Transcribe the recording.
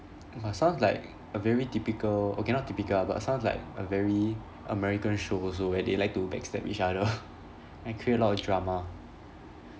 but sounds like a very typical okay not typical ah but sounds like a very american show also where they like to backstab each other and create lot of drama